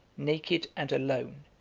naked and alone,